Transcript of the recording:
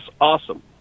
awesome